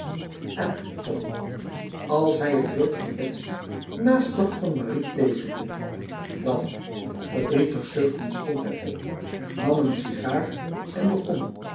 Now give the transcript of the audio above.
en toch als hij het beeld van betsy naast dat van marie tekende dan verdrietig zuchtend stond hij op nam een sigaar en begon